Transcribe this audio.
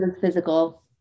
physical